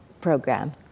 program